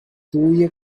தூய